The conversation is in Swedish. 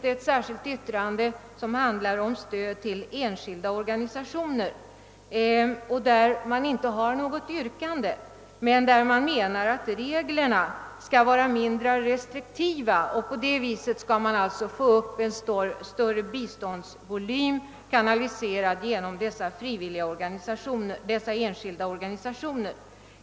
I ett särskilt yttrande upptas frågan om stöd till enskilda organisationer. Det ställs inget yrkande, men det framhålles att reglerna i detta avseende bör vara mindre restriktiva, varigenom man skulle kunna få en större biståndsvolym kanaliserad genom enskilda organisationer.